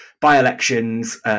by-elections